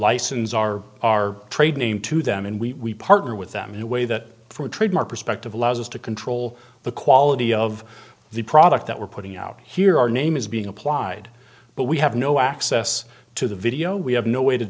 license our our trade name to them and we partner with them in a way that for trademark perspective allows us to control the quality of the product that we're putting out here our name is being applied but we have no access to the video we have no way to